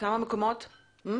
2,800,